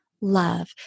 love